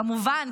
כמובן,